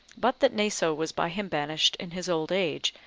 but that naso was by him banished in his old age,